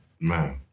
Man